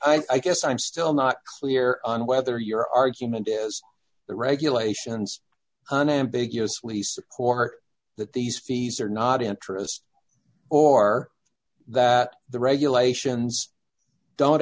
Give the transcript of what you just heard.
here i guess i'm still not clear on whether your argument as the regulations unambiguously support that these fees are not interest or that the regulations don't